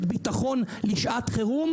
צריך להיות חוק רשת ביטחון לשעת חירום.